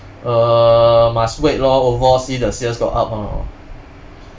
err must wait lor overall see the sales got up or not